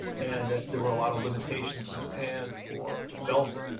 and that there were a lot of limitations in japan for development.